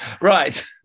Right